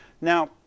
Now